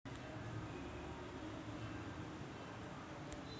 माया खात्यातले मागचे पाच व्यवहार मले दाखवा